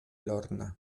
lorna